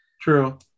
True